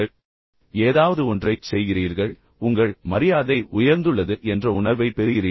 எனவே நீங்கள் ஏதாவது ஒன்றைச் செய்கிறீர்கள் எனவே உங்கள் மரியாதை உயர்ந்துள்ளது என்ற உணர்வை நீங்கள் பெறுகிறீர்கள்